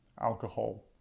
alcohol